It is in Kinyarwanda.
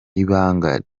ibanga